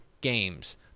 games